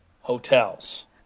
hotels